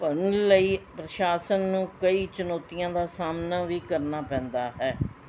ਲਈ ਪ੍ਰਸ਼ਾਸਨ ਨੂੰ ਕਈ ਚੁਣੌਤੀਆਂ ਦਾ ਸਾਹਮਣਾ ਵੀ ਕਰਨਾ ਪੈਂਦਾ ਹੈ